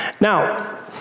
Now